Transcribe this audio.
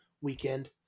weekend